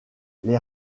les